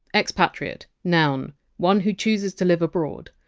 expatriate, noun one who chooses to live abroad.